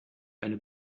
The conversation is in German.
eine